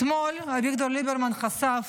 אתמול אביגדור ליברמן חשף